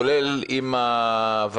כולל עם הוועדה,